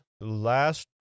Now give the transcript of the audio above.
last